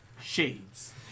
Shades